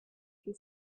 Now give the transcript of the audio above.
she